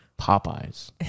Popeyes